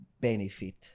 benefit